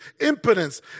impotence